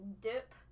dip